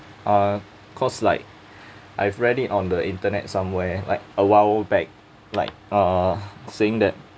uh cause like I've read it on the internet somewhere like a while back like uh saying that